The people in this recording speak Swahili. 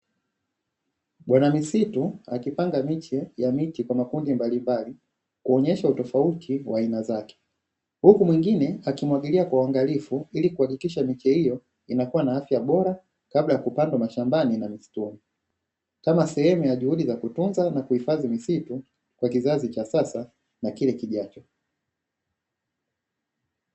Bwana misitu akipanga miche ya miti kwa makundi mbalimbali kuonyesha utofauti wa aina zake, huku mwingine akimwagilia kwa uangalifu ili kuhakikisha miche hiyo inakuwa na afya bora kabla ya kupandwa mashambani na misituni. Kama sehemu ya juhudi za kutunza na kuhifadhi misitu kwa kizazi cha sasa na kile kijacho.